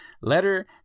letter